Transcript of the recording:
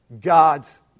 God's